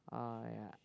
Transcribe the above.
oh yeah